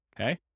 okay